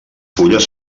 fulles